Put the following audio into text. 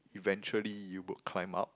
eventually you will climb up